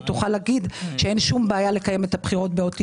היא תוכל להגיד שאין שום בעיה לקיים את הבחירות בעוד 90 יום.